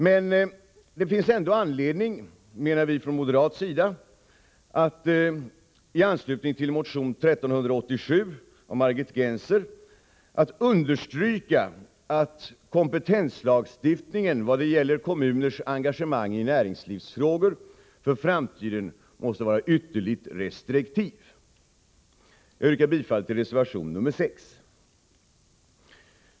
Men det finns ändå anledning, menar vi från moderat sida, att i anslutning till motion 1387 av Margit Gennser understryka att kompetenslagstiftningen när det gäller kommuners engagemang i näringslivsfrågor för framtiden måste vara ytterligt restriktiv. Jag yrkar bifall till reservation 6.